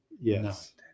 Yes